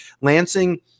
Lansing